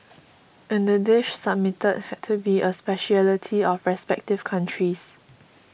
and the dish submitted had to be a speciality of the respective countries